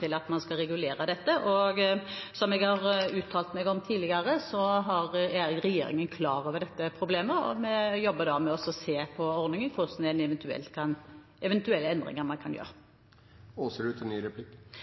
til at man skal regulere dette. Som jeg har uttalt meg om tidligere, er regjeringen klar over dette problemet, og vi jobber med å se på ordningen og eventuelt hvilke endringer man kan gjøre. I det budsjettforslaget som er lagt fram knyttet til